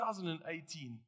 2018